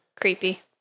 Creepy